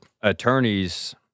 attorneys